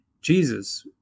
jesus